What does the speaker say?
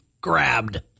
grabbed